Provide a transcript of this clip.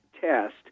test